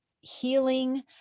healing